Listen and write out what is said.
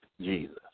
Jesus